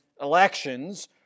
elections